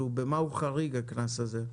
במה הקנס הזה חריג?